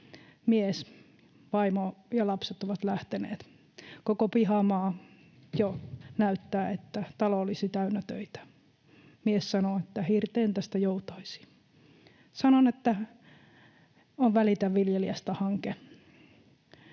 mies. Vaimo ja lapset ovat lähteneet. Koko pihamaa jo näyttää siltä, että talo olisi täynnä töitä. Mies sanoo, että hirteen tästä joutaisi. Sanon, että on Välitä viljelijästä ‑hanke.